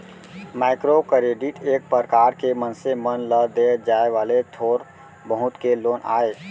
micro credit एक परकार के मनसे मन ल देय जाय वाले थोर बहुत के लोन आय